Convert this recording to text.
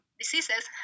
diseases